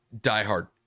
diehard